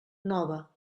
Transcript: nova